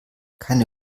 keine